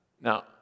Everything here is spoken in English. Now